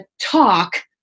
talk